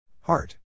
Heart